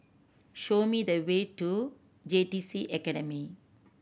show me the way to J T C Academy